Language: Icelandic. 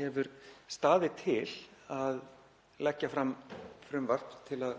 hefur staðið til að leggja fram frumvarp til að